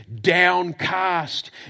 downcast